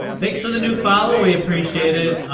thanks to the new follow we appreciate it.